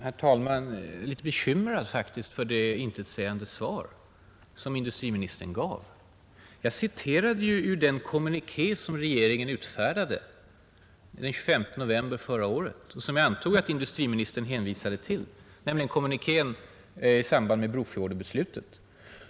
Herr talman! Jag är faktiskt litet bekymrad över det intetsägande svar som industriministern gav. Jag citerade ju ur den kommuniké som regeringen utfärdade den 25 november förra året och som jag antog att industriministern hänvisade till, nämligen kommunikén i samband med Brofjordenbeslutet.